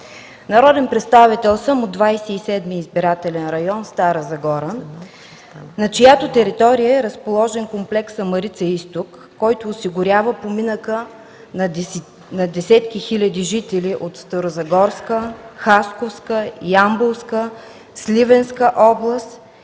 Народен представител съм от 27. избирателен район – Стара Загора, на чиято територия е разположен комплексът „Марица изток”, който осигурява поминъка на десетки хиляди жители от Старозагорска, Хасковска, Ямболска и Сливенска област,